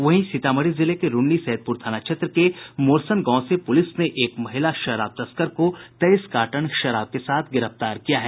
वहीं सीतामढ़ी जिले के रून्नी सैदपुर थाना क्षेत्र के मोरसन गांव से पुलिस ने एक महिला शराब तस्कर को तेईस कार्टन शराब के साथ गिरफ्तार किया है